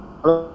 hello